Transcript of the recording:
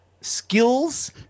skills